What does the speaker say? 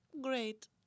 Great